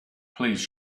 please